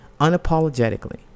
unapologetically